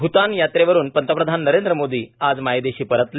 भ्टान यात्रेवरून पंतप्रधान नरेंद्र मोदी आज मायदेशी परतले